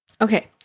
Okay